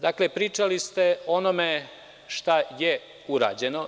Dakle, pričali ste o onome šta je urađeno.